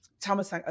Thomas